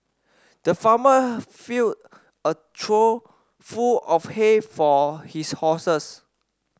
the farmer filled a trough full of hay for his horses